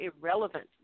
irrelevant